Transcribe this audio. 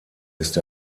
ist